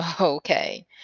Okay